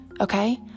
okay